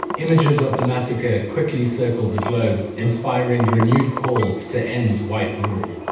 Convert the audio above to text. images of the massacre quickly circled the globe inspiring renewed calls to end white rule.